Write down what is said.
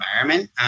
environment